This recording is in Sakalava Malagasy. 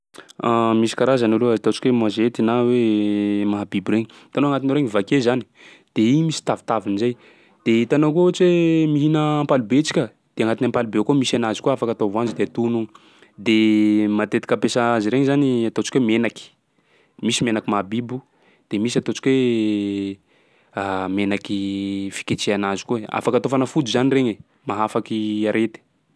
Misy karazany aloha ataontsika hoe môzety na hoe mahabibo regny, hitanao agnatin'iregny vakia zany de iny misy tavitaviny zay. De hitanao koa ohatsy hoe mihina ampalibe tsika de agnatin'ny ampalibe ao koa misy anazy koa afaka atao voanjo de atono io, de matetika ampiasà azy regny zany ataontsika hoe menaky, misy menaky mahabibo de misy ataontsika hoe menaky fiketreha anazy koa, afaka atao fanafody zany regny e, mahafaky arety.